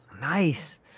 Nice